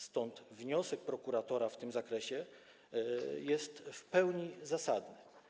Stąd wniosek prokuratora w tym zakresie jest w pełni zasadny.